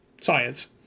science